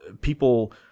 people